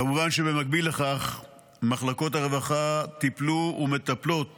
כמובן שבמקביל לכך מחלקות הרווחה טיפלו ומטפלות